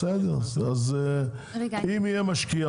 אם יהיה משקיע,